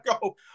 go